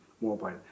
mobile